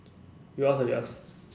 you ask ah you ask